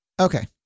okay